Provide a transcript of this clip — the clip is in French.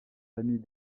famille